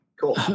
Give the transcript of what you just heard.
Cool